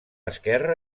esquerra